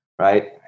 right